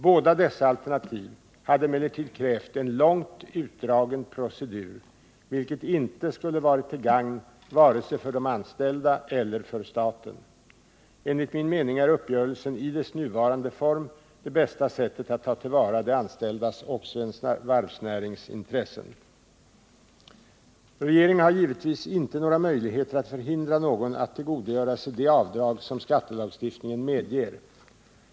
Båda dessa alternativ hade emellertid krävt en långt utdragen procedur, vilket inte skulle ha varit till gagn vare sig för de anställda eller för staten. Enligt min mening är uppgörelsen i dess nuvarande form det bästa sättet att ta till vara de anställdas och svensk varvsnärings intressen. Regeringen har givetvis inte några möjligheter att förhindra någon att tillgodogöra sig de avdrag som skattelagstiftningen medger.